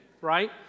right